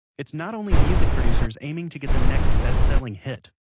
it's not only music producers aiming to get the next best-selling hit,